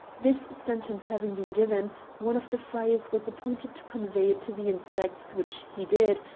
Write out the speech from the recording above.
this sentence having been given one of the friars was appointed to convey it to the insects, which he did,